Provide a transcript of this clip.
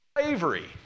slavery